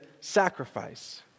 sacrifice